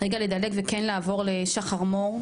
רגע לדלג וכן לעבור לשחר מור,